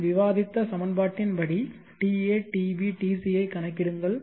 நாம் விவாதித்த சமன்பாட்டின் படி ta tb tc ஐக் கணக்கிடுங்கள்